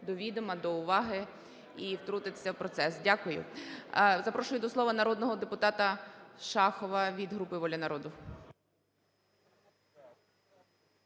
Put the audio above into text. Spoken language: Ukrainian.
до відома, до уваги і втрутитись в процес. Дякую. Запрошую до слова народного депутата Шахова від групи "Воля народу".